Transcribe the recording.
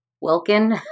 Wilkin